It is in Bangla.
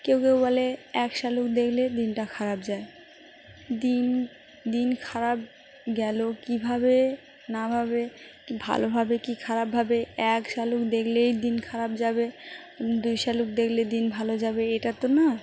কেউ কেউ বলে এক শালিক দেখলে দিনটা খারাপ যায় দিন দিন খারাপ গেল কীভাবে না ভাবে কী ভালোভাবে কী খারাপভাবে এক শালিক দেখলেই দিন খারাপ যাবে দুই শালিক দেখলে দিন ভালো যাবে এটা তো না